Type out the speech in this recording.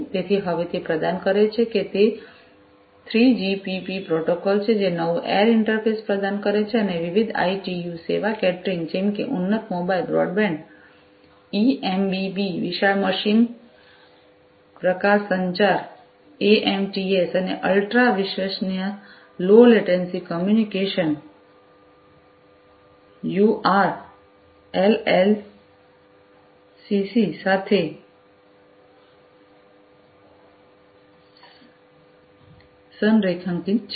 તેથી હવે તે પ્રદાન કરે છે કે તે થ્રીજીપીપી પ્રોટોકોલ 3GPP પ્રોટોકોલ છે જે નવું એર ઈન્ટરફેસ પ્રદાન કરે છે અને વિવિધ આઈટીયુ સેવા કેટેગરીઝ જેમ કે ઉન્નત મોબાઈલ બ્રોડબેન્ડ ઈએમબીબી વિશાળ મશીન પ્રકાર સંચાર એમએમટીસી અને અલ્ટ્રા વિશ્વસનીય લો લેટન્સી કોમ્યુનિકેશન યુઆરએલએલસીસી સાથે સંરેખિત છે